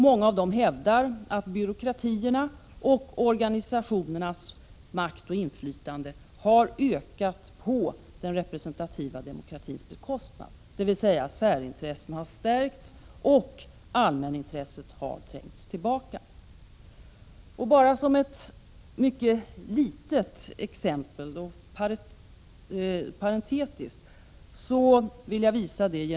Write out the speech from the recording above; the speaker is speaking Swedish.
Många av dem hävdar att byråkratins och organisationernas makt och inflytande har ökat på den representativa demokratins bekostnad, dvs. att särintressena har stärkts och allmänintresset trängts tillbaka. Med ett mycket litet exempel vill jag parentetiskt visa detta.